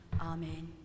Amen